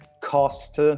cost